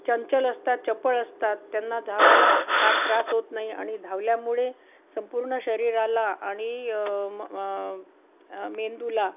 चंचल असतात चपळ असतात त्यांना धावायला खा फार त्रास होत नाही आणि धावल्यामुळे संपूर्ण शरीराला आणि मेंदूला